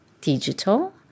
digital